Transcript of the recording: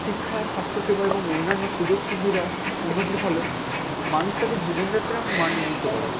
শিক্ষা স্বাস্থ্যসেবা এবং অন্যান্য সুযোগ সুবিধা উন্নতির ফলে মানুষ তাদের জীবনযাত্রার মান উন্নত করে